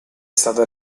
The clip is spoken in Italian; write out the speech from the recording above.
stata